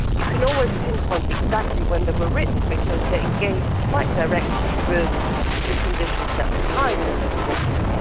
you can always pinpoint exactly when they were written because they engage quite directly with the conditions at the time when they were written.